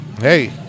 hey